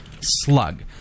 slug